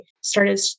started